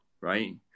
right